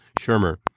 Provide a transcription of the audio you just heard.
Shermer